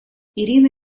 ирина